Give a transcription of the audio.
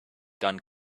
gone